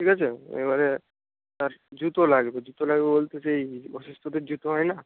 ঠিক আছে এবারে তার জুতো লাগবে জুতো লাগবে বলতে সেই অসুস্থদের জুতো হয়না